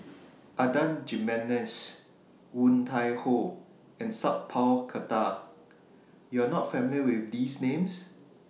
Adan Jimenez Woon Tai Ho and Sat Pal Khattar YOU Are not familiar with These Names